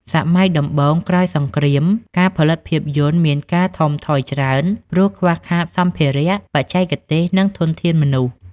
សម័យដំបូងក្រោយសង្គ្រាម ការផលិតភាពយន្តមានការថមថយច្រើន ព្រោះខ្វះខាតសម្ភារៈ បច្ចេកទេស និងធនធានមនុស្ស។